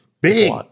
big